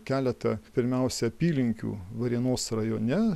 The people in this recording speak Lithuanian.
keletą pirmiausia apylinkių varėnos rajone